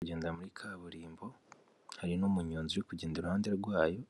Kugenda muri kaburimbo, hari n'umunyonzi uri kugenda iruhande rwayo,